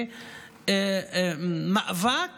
זה מאבק